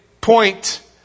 point